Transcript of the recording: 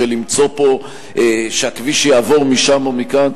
של למצוא פה שהכביש יעבור משם או מכאן.